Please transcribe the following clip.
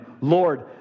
Lord